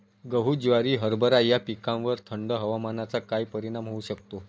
गहू, ज्वारी, हरभरा या पिकांवर थंड हवामानाचा काय परिणाम होऊ शकतो?